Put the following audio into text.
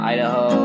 Idaho